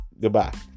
Goodbye